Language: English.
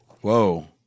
Whoa